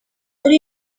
kuri